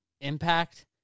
impact